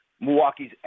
Milwaukee's